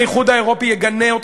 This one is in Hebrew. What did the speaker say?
האיחוד האירופי יגנה אותך,